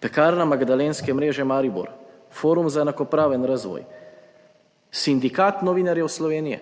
Pekarna Magdalenske mreže Maribor, Forum za enakopraven razvoj, Sindikat novinarjev Slovenije.